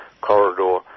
corridor